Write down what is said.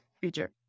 feature